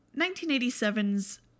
1987's